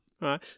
right